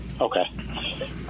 Okay